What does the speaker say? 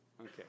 Okay